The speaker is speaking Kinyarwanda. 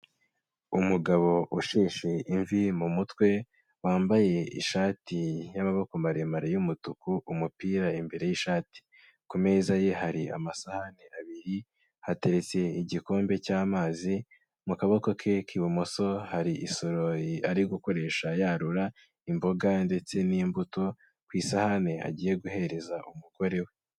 Umugabo usheshe imvi mu mutwe, wambaye ishati y'amaboko maremare y'umutuku, umupira imbere y'ishati. Ku meza ye hari amasahani abiri, hateretse igikombe cy'amazi, mu kaboko ke k'ibumoso hari isorori ari gukoresha yarura imboga ndetse n'imbuto ku isahani agiye guhereza umugore we.